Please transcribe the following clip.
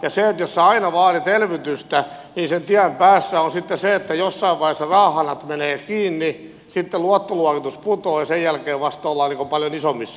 jos sinä aina vaadit elvytystä niin sen tien päässä on sitten se että jossain vaiheessa rahahanat menevät kiinni sitten luottoluokitus putoaa ja sen jälkeen vasta ollaan paljon isommissa ongelmissa